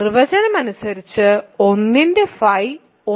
നിർവചനം അനുസരിച്ച് 1 ന്റെ φ 1 ആണ്